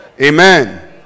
Amen